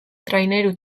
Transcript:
traineru